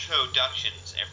introductions